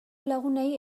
lagunei